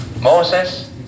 Moses